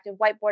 whiteboard